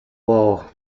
war